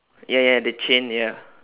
ya ya the chain ya